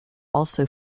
also